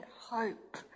hope